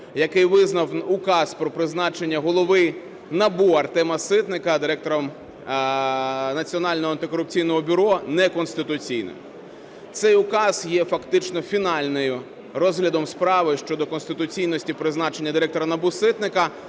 який визнав Указ про призначення голови НАБУ Артема Ситника Директором Національного антикорупційного бюро неконституційним. Цей указ є фактично фінальним розглядом справи щодо конституційності призначення Директора НАБУ Ситника